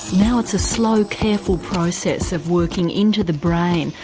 now it's a slow, careful process of working into the brain,